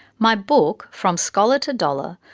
my book, from scholar to dollar,